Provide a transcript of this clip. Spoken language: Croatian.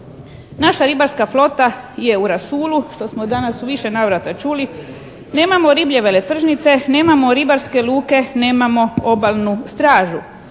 Naša ribarska flota je u rasulu što smo danas u više navrata čuli. Nemamo riblje veletržnice. Nemamo ribarske luke, nemamo obalnu stražu.